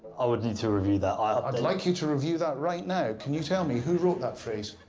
i would need to review that. i would like you to review that right now. can you tell me who wrote that phrase?